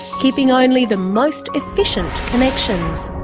keeping only the most efficient connections.